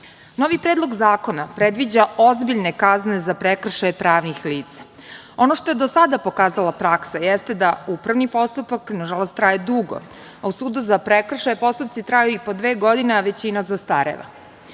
rada. Novi predlog zakona predviđa ozbiljne kazne za prekršaje pravnih lica. Ono što je do sada pokazala praksa jeste da upravni postupak nažalost traje dugo, a u sudu za prekršaje postupci traju i po dve godine, a većina zastareva. Kako